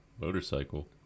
Motorcycle